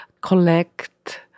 collect